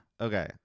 Okay